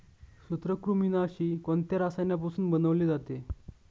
सूत्रकृमिनाशी कोणत्या रसायनापासून बनवले जाते?